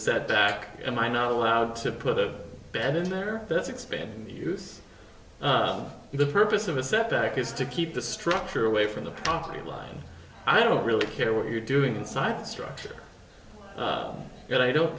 set back and i'm not allowed to put a bed in there that's expand the use the purpose of a setback is to keep the structure away from the property line i don't really care what you're doing inside structure that i don't